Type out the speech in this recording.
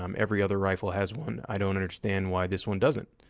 um every other rifle has one. i don't understand why this one doesn't.